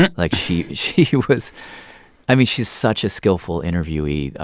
and like, she she was i mean, she's such a skillful interviewee.